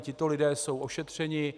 Tito lidé jsou ošetřeni.